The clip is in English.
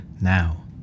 Now